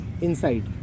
inside